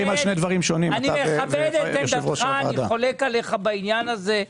אני מכבד את עמדתך, אני חולק עליך בעניין הזה.